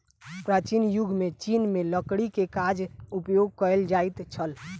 प्राचीन युग में चीन में लकड़ी के कागज उपयोग कएल जाइत छल